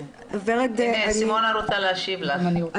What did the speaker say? סימונה רוצה להשיב לך.